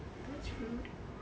that's rude